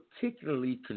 particularly